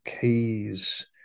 keys